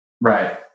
right